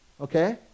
okay